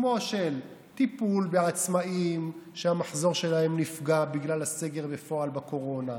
כמו טיפול בעצמאים שהמחזור שלהם נפגע בגלל הסגר בפועל בקורונה,